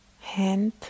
hand